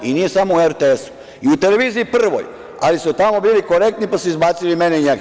I ne samo u RTS-u, i u televiziji „Prvoj“, ali su tamo bili korektni, pa su izbacili i mene i njega.